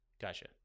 Gotcha